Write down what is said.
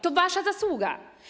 To wasza zasługa.